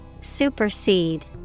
Supersede